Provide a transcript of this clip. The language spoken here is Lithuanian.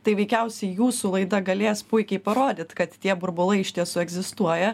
tai veikiausiai jūsų laida galės puikiai parodyt kad tie burbulai iš tiesų egzistuoja